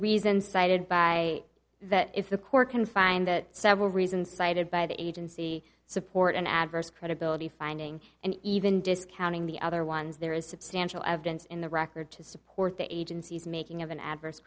reason cited by that is the court can find that several reasons cited by the agency support an adverse credibility finding and even discounting the other ones there is substantial evidence in the record to support the agency's making of an adverse